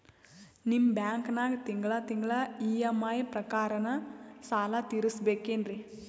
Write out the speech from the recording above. ನಿಮ್ಮ ಬ್ಯಾಂಕನಾಗ ತಿಂಗಳ ತಿಂಗಳ ಇ.ಎಂ.ಐ ಪ್ರಕಾರನ ಸಾಲ ತೀರಿಸಬೇಕೆನ್ರೀ?